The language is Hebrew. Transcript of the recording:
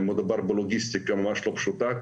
מדובר בלוגיסטיקה לא פשוטה,